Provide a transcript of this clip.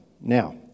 Now